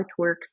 artworks